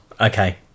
okay